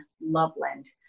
Loveland